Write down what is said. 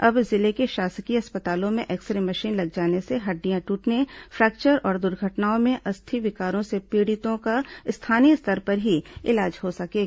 अब जिले के शासकीय अस्पतालों में एक्स रे मशीन लग जाने से हड्डियां ट्रटने फैक्चर और दुर्घटनाओं में अस्थि विकारों से पीड़ितों का स्थानीय स्तर पर ही इलाज हो सकेगा